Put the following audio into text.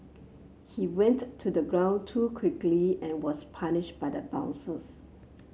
he went to ground too quickly and was punished by the bounce